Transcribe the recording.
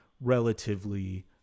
relatively